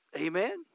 Amen